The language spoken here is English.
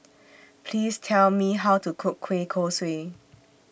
Please Tell Me How to Cook Kueh Kosui